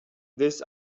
this